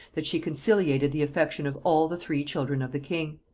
that she conciliated the affection of all the three children of the king,